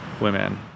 women